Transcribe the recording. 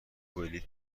بلیط